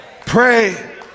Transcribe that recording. pray